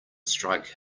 strike